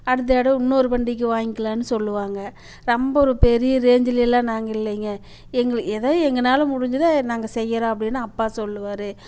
அடுத்த தடவை இன்னொரு பண்டிகைக்கு வாங்கிக்கலான்னு சொல்லுவாங்க ரொம்ப ஒரு பெரிய ரேஞ்சில் எல்லாம் நாங்கள் இல்லைங்க எங்கள் எதோ எங்கனால் முடிஞ்சதை நாங்கள் செய்கிறோம் அப்படின்னு அப்பா சொல்லுவார்